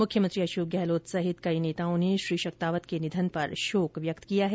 मुख्यमंत्री अशोक गहलोत सहित कई नेताओं ने श्री शक्तावत के निधन पर शोक व्यक्त किया है